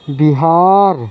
Bihar